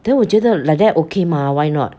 then 我觉得 like that okay mah why not